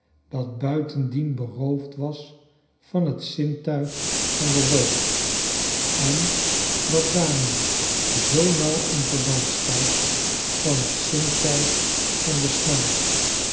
dat buitendien beroofd was van j t zintuig van den reuk en wat daarmee zoo nauw in verband staat van j t zintuig van den smaak